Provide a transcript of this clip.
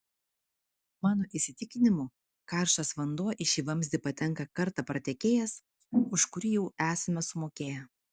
mano įsitikinimu karštas vanduo į šį vamzdį patenka kartą pratekėjęs už kurį jau esame sumokėję